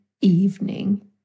evening